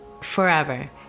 forever